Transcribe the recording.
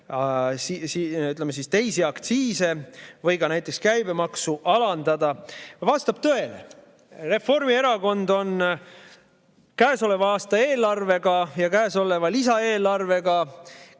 ütleme, teisi aktsiise või ka näiteks käibemaksu alandada, vastab tõele. Reformierakond on käesoleva aasta eelarvega ja käesoleva lisaeelarvega kõigi